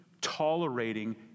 tolerating